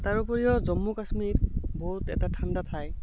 তাৰ উপৰিও জম্মু কাশ্মীৰ বহুত এটা ঠাণ্ডা ঠাই